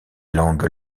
langues